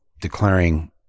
declaring